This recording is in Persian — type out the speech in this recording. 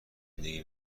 زندگی